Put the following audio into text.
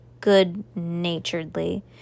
good-naturedly